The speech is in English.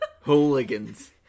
hooligans